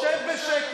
שב בשקט.